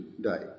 die